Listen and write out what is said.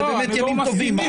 אלה באמת ימים טובים.